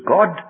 God